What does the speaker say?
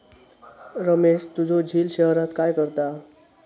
रमेश तुझो झिल शहरात काय करता?